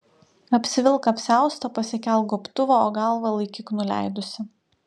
apsivilk apsiaustą pasikelk gobtuvą o galvą laikyk nuleidusi